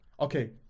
Okay